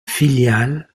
filiale